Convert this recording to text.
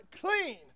clean